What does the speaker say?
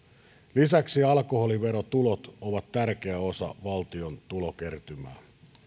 lisäksi alkoholiverotulot ovat tärkeä osa valtion tulokertymää